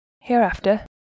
Hereafter